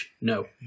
No